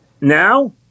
Now